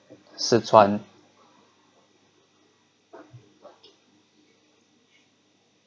sze chuan